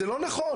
זה לא נכון,